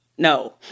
No